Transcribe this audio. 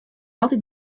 altyd